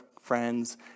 friends